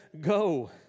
go